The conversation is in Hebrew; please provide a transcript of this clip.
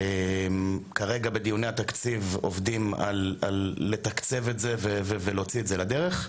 כרגע בדיוני התקציב עובדים על לתקצב את זה ולהוציא את זה לדרך.